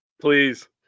Please